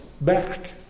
back